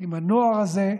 עם הנושא הזה.